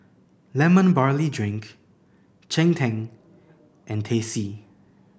Lemon Barley Drink cheng tng and Teh C